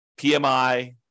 PMI